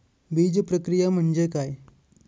बीजप्रक्रिया म्हणजे काय?